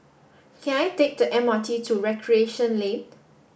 can I take the M R T to Recreation Lane